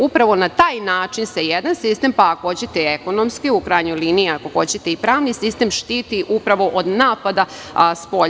Upravo se na taj način jedan sistem, pa ako hoćete i ekonomski, u krajnjoj liniji ako hoćete i pravni sistem, štiti upravo od napada s polja.